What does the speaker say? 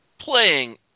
playing